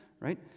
right